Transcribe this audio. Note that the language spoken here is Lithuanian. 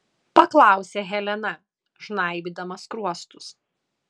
paklausė helena žnaibydama skruostus